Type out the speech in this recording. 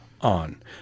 on